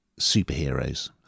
superheroes